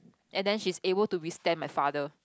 and then she's able to withstand my father